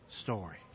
story